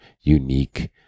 unique